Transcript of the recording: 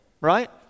right